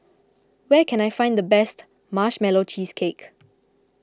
where can I find the best Marshmallow Cheesecake